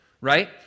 right